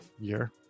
year